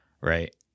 Right